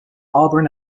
auburn